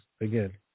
again